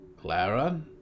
Clara